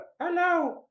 Hello